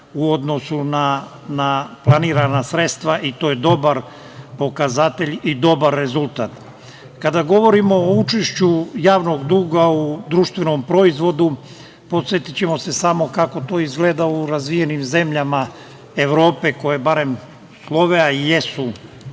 u odnosu na planirana sredstva i to je dobar pokazatelj i dobar rezultat. Kada govorimo o učešću javnog duga u društvenom proizvodu podsetićemo se samo kako to izgleda u razvijenim zemljama Evrope koje barem slove, a i jesu